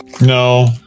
No